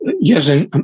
Yes